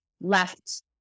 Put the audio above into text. left